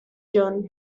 john